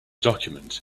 document